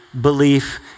belief